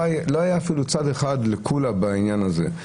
לא היה אפילו צד אחד לקולא בעניין הזה.